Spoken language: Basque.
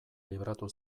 libratu